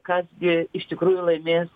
kas gi iš tikrųjų laimės